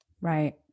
right